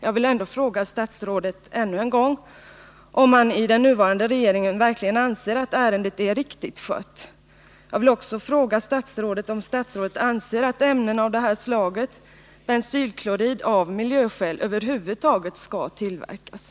Jag vill ändå fråga statsrådet ännu en gång om man i den nuvarande regeringen verkligen anser att ärendet är riktigt skött. Jag vill också fråga statsrådet om han anser att sådana ämnen som bensylklorid med tanke på miljöriskerna över huvud taget skall tillverkas.